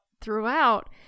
throughout